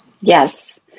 yes